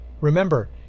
Remember